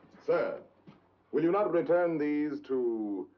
sir. will you not return these to.